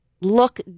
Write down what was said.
Look